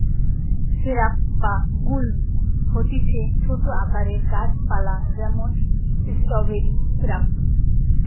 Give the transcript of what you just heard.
shrub বা গুল্ম হতিছে ছোট আকারের গাছ পালা যেমন স্ট্রওবেরি শ্রাব